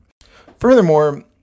furthermore